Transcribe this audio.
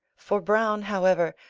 for browne, however,